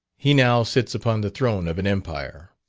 he now sits upon the throne of an empire.